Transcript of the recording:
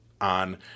on